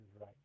right